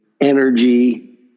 energy